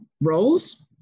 roles